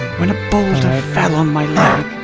when a boulder fell on my leg.